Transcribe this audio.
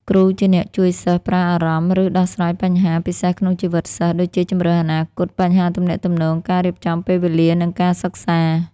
គ្រូជាអ្នកជួយសិស្សប្រើអារម្មណ៍ ឬដោះស្រាយបញ្ហា ពិសេសក្នុងជីវិតសិស្ស ដូចជាជម្រើសអនាគត បញ្ហាទំនាក់ទំនង ការរៀបចំពេលវេលា និងការសិក្សា។